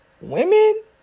Women